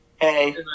Hey